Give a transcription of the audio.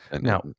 Now